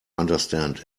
understand